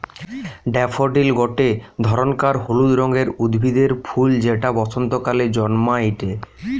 daffodil গটে ধরণকার হলুদ রঙের উদ্ভিদের ফুল যেটা বসন্তকালে জন্মাইটে